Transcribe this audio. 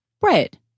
bread